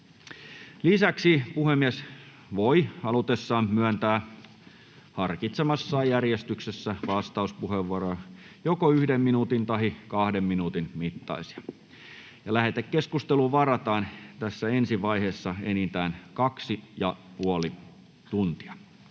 Lisäksi puhemies voi halutessaan myöntää harkitsemassaan järjestyksessä vastauspuheenvuoroja joko yhden minuutin tahi kahden minuutin mittaisina. Lähetekeskusteluun varataan tässä ensi vaiheessa enintään 2,5 tuntia.